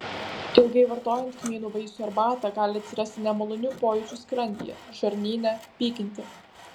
ilgai vartojant kmynų vaisių arbatą gali atsirasti nemalonių pojūčių skrandyje žarnyne pykinti